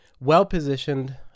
well-positioned